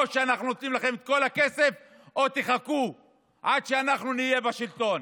או שאנחנו נותנים לכם את כל הכסף או תחכו עד שאנחנו נהיה בשלטון.